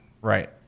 Right